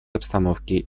обстановки